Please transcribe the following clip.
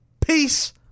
peace